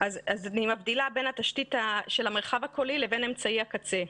אני מבדילה בין התשתית של המרחב הקולי לבין אמצעי הקצה.